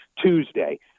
tuesday